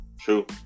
true